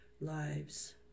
lives